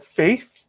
faith